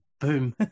boom